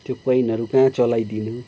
त्यो कोइनहरू कहाँ चलाइदिनु